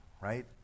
right